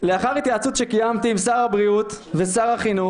לאחר התייעצות שקיימתי עם שר הבריאות ושר החינוך